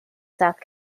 south